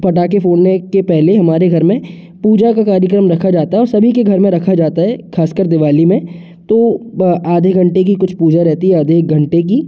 पटाके फोड़ने के पहले हमारे घर में पूजा के कार्यक्रम रखा जाता है और सभी के घर में रखा जाता है खासकर दिवाली में तो आधे घंटे की कुछ पूजा रहती है आधे एक घंटे की